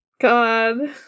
God